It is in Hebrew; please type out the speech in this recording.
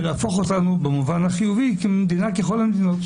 ולהפוך אותנו במובן החיובי למדינה ככל המדינות,